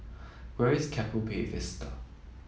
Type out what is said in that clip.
where is Keppel Bay Vista